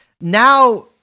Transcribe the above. now